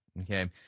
okay